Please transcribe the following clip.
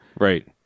Right